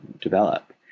develop